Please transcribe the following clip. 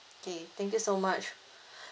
okay thank you so much